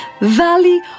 Valley